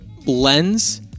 Lens